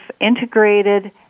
integrated